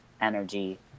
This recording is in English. energy